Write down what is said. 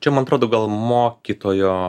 čia man atrodo gal mokytojo